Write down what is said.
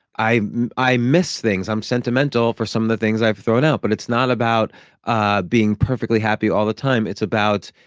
i i miss things. i'm sentimental for some of the things i've thrown out, but it's not about ah being perfectly happy all the time. it's about,